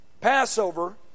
Passover